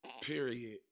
period